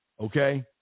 Okay